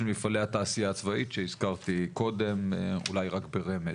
מפעלי התעשייה הצבאית שהזכרתי קודם אולי רק ברמז.